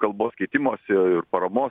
kalbos keitimosi ir paramos